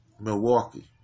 Milwaukee